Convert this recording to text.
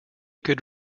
could